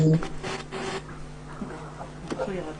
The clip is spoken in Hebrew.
אלמ"ב